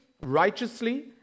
righteously